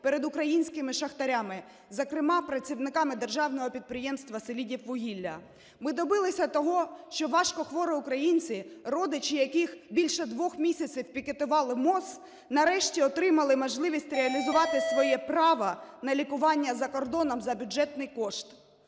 перед українськими шахтарями, зокрема працівниками Державного підприємства "Селидіввугілля". Ми добилися того, що важкохворі українці, родичі яких більше 2 місяців пікетували МОЗ, нарешті отримали можливість реалізувати своє право на лікування за кордоном за бюджетний кошт